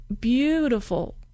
beautiful